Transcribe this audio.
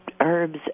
Herbs